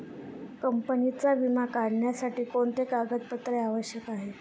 कंपनीचा विमा काढण्यासाठी कोणते कागदपत्रे आवश्यक आहे?